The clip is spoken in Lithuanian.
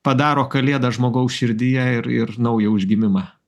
padaro kalėdas žmogaus širdyje ir ir naują užgimimą